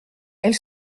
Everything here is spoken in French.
elle